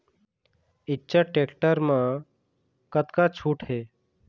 Eicher tractor म कतका छूट हे?